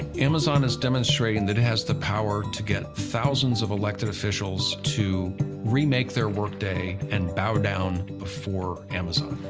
amazon is demonstrating that it has the power to get thousands of elected officials to remake their workday and bow down before amazon.